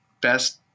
best